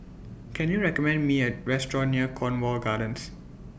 Can YOU recommend Me A Restaurant near Cornwall Gardens